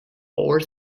four